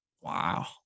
wow